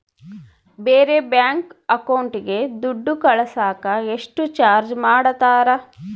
ಬೇರೆ ಬ್ಯಾಂಕ್ ಅಕೌಂಟಿಗೆ ದುಡ್ಡು ಕಳಸಾಕ ಎಷ್ಟು ಚಾರ್ಜ್ ಮಾಡತಾರ?